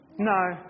No